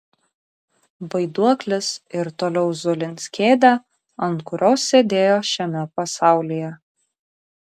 vaiduoklis ir toliau zulins kėdę ant kurios sėdėjo šiame pasaulyje